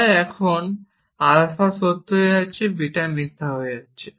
তাই এখন আলফা সত্য হয়ে গেছে এবং বিটা মিথ্যা হয়ে গেছে